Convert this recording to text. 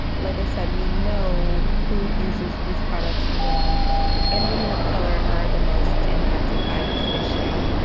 like i said, we know who uses these products more and women of color are the most impacted by this issue.